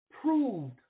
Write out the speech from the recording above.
proved